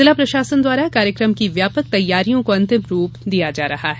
जिला प्रशासन द्वारा कार्यक्रम की व्यापक तैयारियों को अंतिम रूप दिया जा रहा है